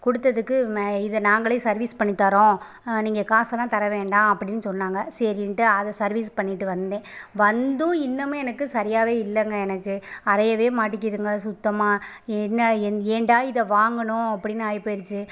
கொடுத்ததுக்குமே இதை நாங்களே சர்வீஸ் பண்ணித் தரோம் நீங்கள் காசலாம் தர வேண்டாம் அப்படின்னு சொன்னாங்க சரின்ட்டு அதை சர்வீஸ் பண்ணிட்டு வந்தேன் வந்தும் இன்னும் எனக்கு சரியாகவே இல்லைங்க எனக்கு அரையவே மாட்டேக்கிதுங்க சுத்தமாக என்ன என் ஏன்டா இதை வாங்கினோம் அப்படின்னு ஆயிப் போயிருச்சு